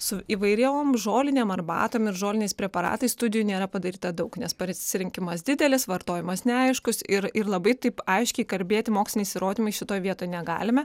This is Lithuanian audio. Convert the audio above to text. su įvairiom žolinėm arbatom ir žoliniais preparatais studijų nėra padaryta daug nes pasirinkimas didelis vartojimas neaiškus ir ir labai taip aiškiai kalbėti moksliniais įrodymais šitoj vietoj negalime